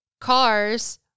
cars